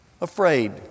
afraid